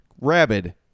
Rabid